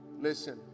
Listen